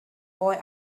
boy